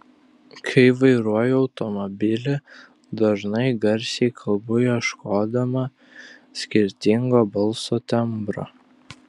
kai vairuoju automobilį dažnai garsiai kalbu ieškodama skirtingo balso tembro